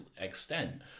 extent